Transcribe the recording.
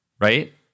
right